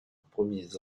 premiers